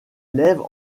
lègue